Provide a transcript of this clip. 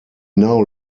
now